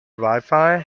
wifi